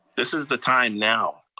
this is the time now.